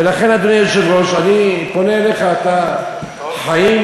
ולכן, אדוני היושב-ראש, אני פונה אליך, אתה חיים,